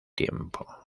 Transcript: tiempo